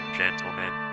gentlemen